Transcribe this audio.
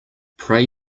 pray